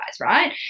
right